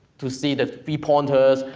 to see the three-pointers,